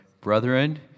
brethren